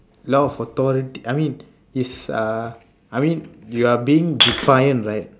not for authority I mean is uh I mean you are being defiant right